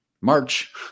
march